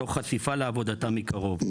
חשיפה לעבודתם מקרוב.